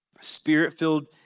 spirit-filled